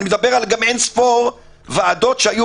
אני מדבר גם על אינספור ועדות שהיו